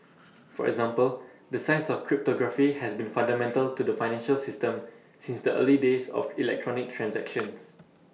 for example the science of cryptography has been fundamental to the financial system since the early days of electronic transactions